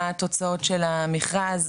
מה התוצאות של המכרז.